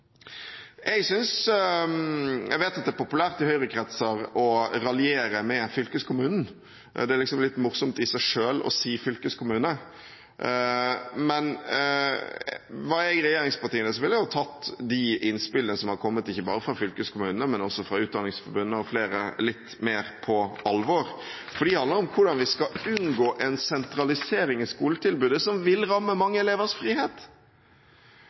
Jeg vet at det er populært i Høyre-kretser å raljere med fylkeskommunen. Det er liksom litt morsomt i seg selv å si «fylkeskommune», men hvis jeg var regjeringspartiene, ville jeg tatt de innspillene som har kommet – ikke bare fra fylkeskommunene, men også fra Utdanningsforbundet og flere andre – litt mer på alvor, for de handler om hvordan vi skal unngå en sentralisering av skoletilbudet, som vil ramme mange elevers frihet.